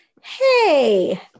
hey